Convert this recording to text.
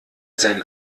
seinen